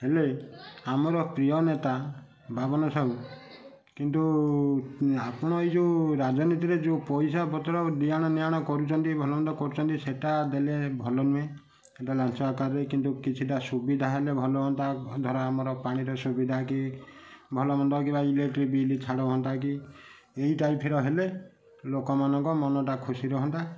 ହେଲେ ଆମର ପ୍ରିୟନେତା ବାମନ ସାହୁ କିନ୍ତୁ ଆପଣ ଏଇ ଯେଉଁ ରାଜନୀତିରେ ଯେଉଁ ପଇସାପତ୍ର ଦେଣ ନେଣ କରୁଛନ୍ତି ଭଲମନ୍ଦ କରୁଛନ୍ତି ସେଇଟା ଦେଲେ ଭଲ ନୁହେଁ ସେଇଟା ଲାଞ୍ଚ ଆକାରରେ କିନ୍ତୁ କିଛିଟା ସୁବିଧା ହେନେ ଭଲ ହୁଅନ୍ତା ଧର ଆମର ପାଣିର ସୁବିଧା କି ଭଲ ମନ୍ଦ କିମ୍ବା ଇଲେକ୍ଟ୍ରି ବିଲ୍ ଛାଡ଼ ହୁଅନ୍ତା କି ଏଇ ଟାଇପ୍ର ହେଲେ ଲୋକମାନଙ୍କ ମନଟା ଖୁସି ରୁହନ୍ତା